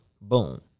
Boom